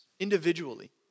individually